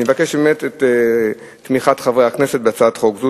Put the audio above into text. אני מבקש את תמיכת חברי הכנסת בהצעת חוק זו.